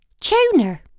Tuner